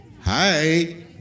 Hi